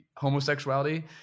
homosexuality